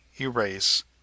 erase